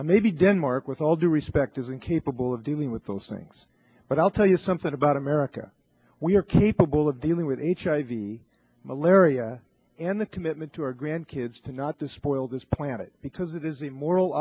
maybe denmark with all due specter is incapable of dealing with those things but i'll tell you something about america we are capable of dealing with hiv malaria and the commitment to our grandkids to not to spoil this planet because it is a moral